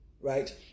Right